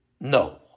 No